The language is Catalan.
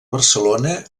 barcelona